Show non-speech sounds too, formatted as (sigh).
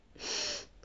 (noise)